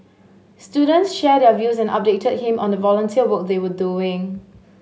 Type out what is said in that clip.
students shared their views and updated him on the volunteer work they were doing